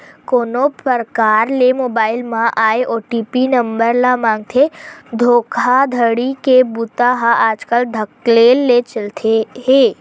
कोनो परकार ले मोबईल म आए ओ.टी.पी नंबर ल मांगके धोखाघड़ी के बूता ह आजकल धकल्ले ले चलत हे